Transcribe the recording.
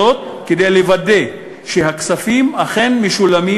וזאת כדי לוודא שהכספים אכן משולמים